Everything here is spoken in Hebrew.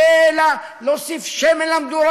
אבל לא מסכים אתו.